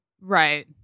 Right